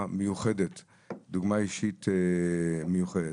אישית מיוחדת.